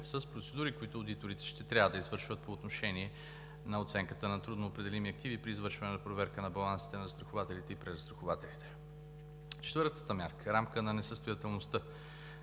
с процедури, които одиторите ще трябва да извършат по отношение на оценката на трудноопределими активи при извършване на проверка на балансите на застрахователите и презастрахователите. Четвъртата мярка – „Рамка по несъстоятелността“.